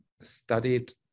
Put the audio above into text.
studied